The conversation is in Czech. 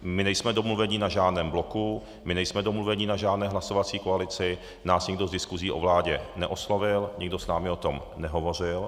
My nejsme domluveni na žádném bloku, my nejsme domluveni na žádné hlasovací koalici, nás nikdo s diskusí o vládě neoslovil, nikdo s námi o tom nehovořil.